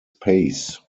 pace